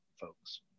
folks